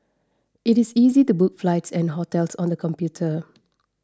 it is easy to book flights and hotels on the computer